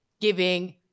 giving